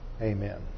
Amen